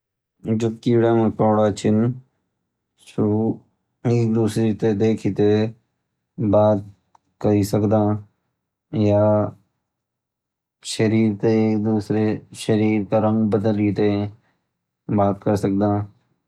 जो कीड़ा मोकोडा छीन एक दूसरे ते देखिते बात करा सकदा या सशरीर का रंग बदली ते बात करा सकदा